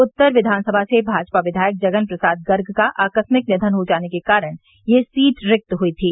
उत्तर विधानसभा से भाजपा विघायक जगन प्रसाद गर्ग का आकस्मिक निधन हो जाने के कारण यह सीट रिक्त हुई थी